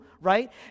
right